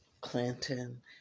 Clinton